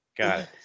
Got